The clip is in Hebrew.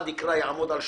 אחד יעמוד על השולחן,